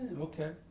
okay